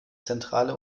zentrale